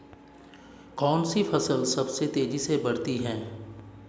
कौनसी फसल सबसे तेज़ी से बढ़ती है?